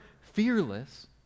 fearless